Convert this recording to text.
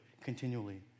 continually